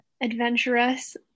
adventurous